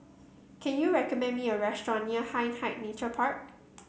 can you recommend me a restaurant near Hindhede Nature Park